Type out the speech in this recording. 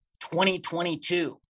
2022